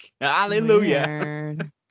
hallelujah